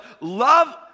love